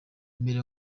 mbere